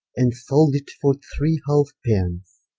and sold it for three halfepence.